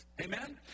Amen